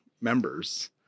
members